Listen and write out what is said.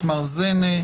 את מר זנה,